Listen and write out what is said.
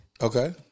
Okay